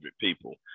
people